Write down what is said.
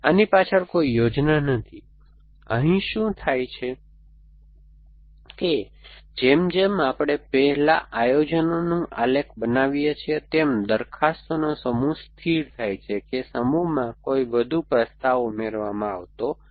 આની પાછળ કોઈ યોજના નથી અહીં શું થાય છે કે જેમ જેમ આપણે પહેલા આયોજનનો આલેખ બનાવીએ છીએ તેમ દરખાસ્તોનો સમૂહ સ્થિર થાય છે કે સમૂહમાં કોઈ વધુ પ્રસ્તાવ ઉમેરવામાં આવતો નથી